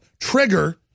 trigger